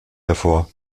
hervor